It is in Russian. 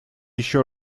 еще